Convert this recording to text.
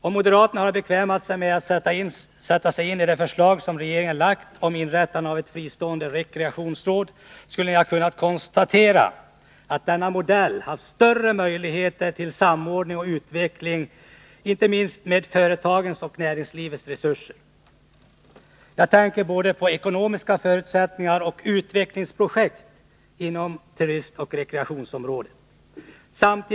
Om moderaterna hade bekvämat sig med att sätta sig in i det förslag som regeringen har framlagt om inrättande av ett fristående rekreationsråd, skulle de ha kunnat konstatera att denna modell ger större möjligheter till samordning med och utveckling av företagens och näringslivets resurser. Jag tänker både på ekonomiska förutsättningar och på utvecklingsprojekt inom turistoch rekreationsområdet.